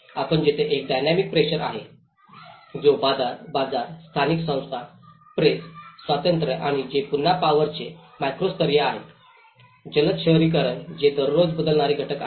आणि तेथे एक डायनॅमिक प्रेशर आहे जो बाजार स्थानिक संस्था प्रेस स्वातंत्र्य आणि जे पुन्हा पॉवरचे मॅक्रो स्तरीय आहेत जलद शहरीकरण जे दररोज बदलणारे घटक आहेत